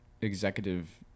executive